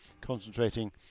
concentrating